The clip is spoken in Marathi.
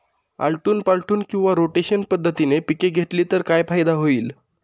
आलटून पालटून किंवा रोटेशन पद्धतीने पिके घेतली तर काय फायदा होईल?